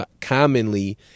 commonly